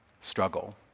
struggle